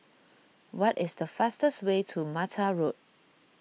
what is the fastest way to Mata Road